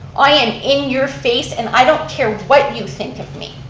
i am in your face and i don't care what you think of me.